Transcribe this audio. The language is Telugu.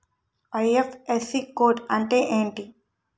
ఐ.ఫ్.ఎస్.సి కోడ్ అంటే ఏంటి?